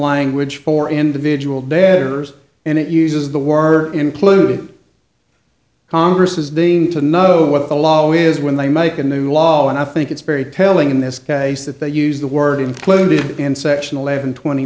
language for individual debtors and it uses the word are included congress has the need to know what the law is when they make a new law and i think it's very telling in this case that they used the word included in section eleven twenty